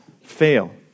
fail